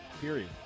period